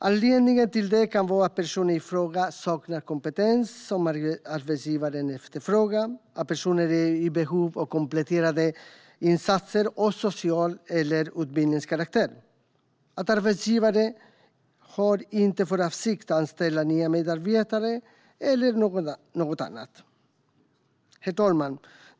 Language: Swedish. Anledningen till det kan vara att personen i fråga saknar kompetens som arbetsgivaren efterfrågar, att personen är i behov av kompletterande insatser av social karaktär eller utbildningskaraktär, att arbetsgivare inte har för avsikt att anställa nya medarbetare eller något annat. Herr talman!